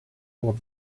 cours